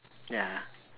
ya